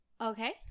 Okay